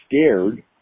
scared